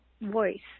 voice